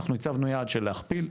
אנחנו הצבנו יעד של להכפיל,